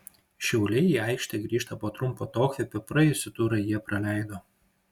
šiauliai į aikštę grįžta po trumpo atokvėpio praėjusį turą jie praleido